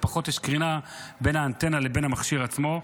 ויש פחות קרינה בין האנטנה לבין המכשיר עצמו.